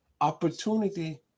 Opportunity